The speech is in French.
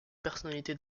personnalité